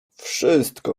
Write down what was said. wszystko